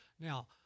Now